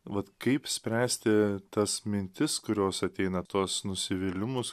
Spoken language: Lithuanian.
vat kaip spręsti tas mintis kurios ateina tuos nusivylimus